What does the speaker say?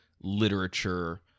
literature